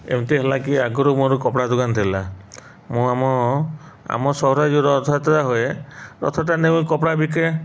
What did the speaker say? ଏମିତି ହେଲା କି ଆଗରୁ ମୋର କପଡ଼ା ଦୋକାନ ଥିଲା ମୁଁ ଆମ ଆମ ସହର ଯେଉଁ ରଥଯାତ୍ରା ହୁଏ ରଥ ମୁଁ କପଡ଼ା ବିକେ